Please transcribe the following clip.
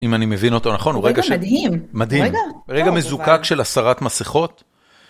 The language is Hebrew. אם אני מבין אותו נכון, הוא רגע שמדהים. מדהים, רגע מזוקק של הסרת מסכות.